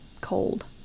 cold